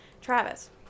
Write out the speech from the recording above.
Travis